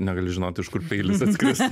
negali žinot iš kur peilis atskris